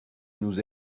nous